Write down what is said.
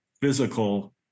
physical